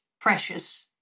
precious